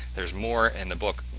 there's more in the book.